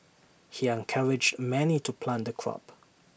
he encouraged many to plant the crop